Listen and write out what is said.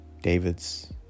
david's